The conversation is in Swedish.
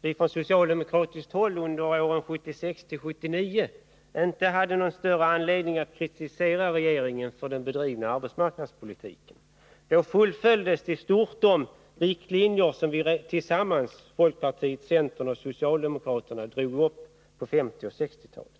vi från socialdemokratiskt håll under åren 1976-1979 inte hade någon större anledning att kritisera regeringen för den bedrivna arbetsmarknadspolitiken. Då fullföljdes i stort de riktlinjer som folkpartiet, centern och socialdemokraterna tillsammans drog upp på 1950 och 1960-talet.